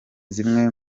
zimwe